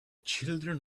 children